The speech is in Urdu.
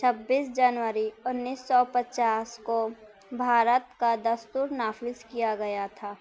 چھبیس جنوری انیس سو پچاس کو بھارت کا دستور نافذ کیا گیا تھا